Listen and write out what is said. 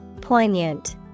Poignant